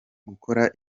gukora